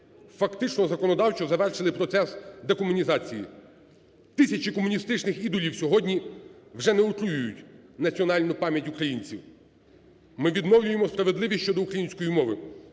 Фактично, законодавчо завершили процес декомунізації. Тисячі комуністичних ідолів сьогодні вже не отруюють національну пам'ять українців. Ми відновлюємо справедливість щодо української мови.